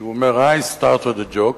שאומר: I started a joke,